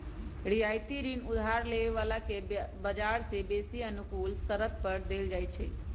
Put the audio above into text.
रियायती ऋण उधार लेबे बला के बजार से बेशी अनुकूल शरत पर देल जाइ छइ